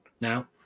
now